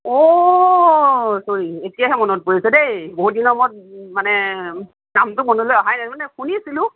অঁ চ'ৰি এতিয়াহে মনত পৰিছে দেই বহুত দিনৰ মূৰত মানে নামটো মনলৈ অহাই নাছিল মানে শুনিছিলোঁ